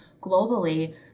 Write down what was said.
globally